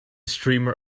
streamer